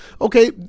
okay